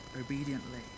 obediently